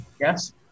Yes